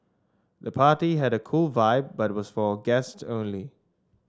the party had a cool vibe but was for guests only